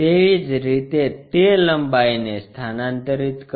તેવી જ રીતે તે લંબાઈને સ્થાનાંતરિત કરો